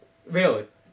没有